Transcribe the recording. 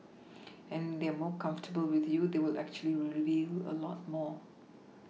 and they are more comfortable with you they will actually reveal a lot more